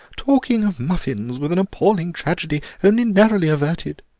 talking of muffins, with an appalling tragedy only narrowly averted